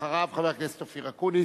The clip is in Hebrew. הבא אחריה, חבר הכנסת אופיר אקוניס.